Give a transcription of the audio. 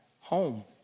home